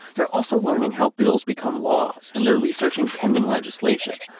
they're also learning how bills become laws, and they're researching pending legislation,